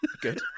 Good